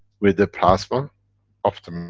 with the plasma of the